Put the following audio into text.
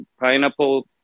pineapple